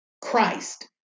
Christ